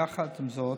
יחד עם זאת,